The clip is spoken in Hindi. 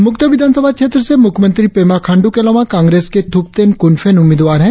मुक्तो विधान सभा क्षेत्र से मुख्यमंत्री पेमा खांडू के अलावा कांग्रेस के थुपतेन कुनफेन उम्मीदवार है